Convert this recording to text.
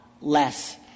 less